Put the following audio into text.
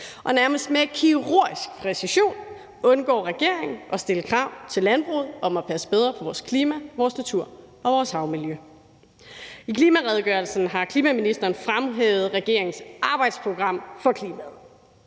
med nærmest kirurgisk præcision undgår regeringen at stille krav til landbruget om at passe bedre på vores klima, vores natur og vores havmiljø. I klimaredegørelsen har klimaministeren fremhævet regeringens arbejdsprogram for klimaet.